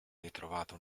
ritrovata